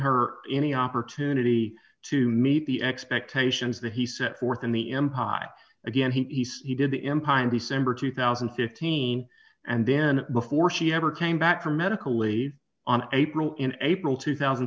her any opportunity to meet the expectations that he set forth in the empire again he says he did the empire in december two thousand and fifteen and then before she ever came back dramatically on april in april two thousand